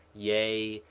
yea,